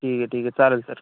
ठीक आहे ठीक आहे चालेल सर